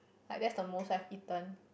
like that's the most I've eaten